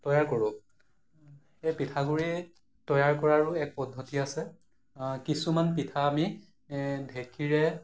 তৈয়াৰ কৰোঁ এই পিঠাগুড়ি তৈয়াৰ কৰাৰো এক পদ্ধতি আছে কিছুমান পিঠা আমি ঢেকীৰে